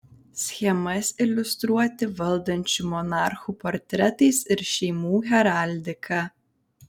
schemas iliustruoti valdančių monarchų portretais ir šeimų heraldika